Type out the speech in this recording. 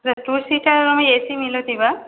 त्र two seater room A C मिलति वा